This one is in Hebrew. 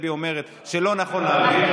דבי אומרת שלא נכון להעביר,